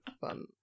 fun